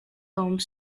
home